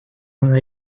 она